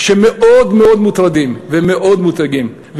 שמאוד מאוד מוטרדים ומאוד מודאגים,